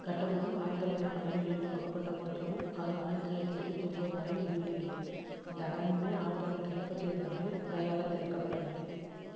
கட்டுமானம் ஆயிரத்து தொள்ளாயிரத்தி பன்னிரெண்டில் தொடங்கப்பட்ட போதிலும் அது ஆயிரத்து தொள்ளாயிரத்தி இருபத்தி ஒம்பது வரை முடிவடையவில்லை இந்த அரண்மனை ஆயிரத்து தொள்ளாயிரத்து முப்பத்து ஒன்று வரை முறையாக திறக்கப்படவில்லை